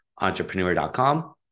entrepreneur.com